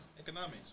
economics